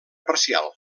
parcial